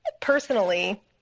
personally